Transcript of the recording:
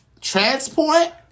transport